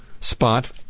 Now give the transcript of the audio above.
spot